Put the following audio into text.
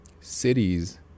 cities